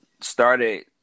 started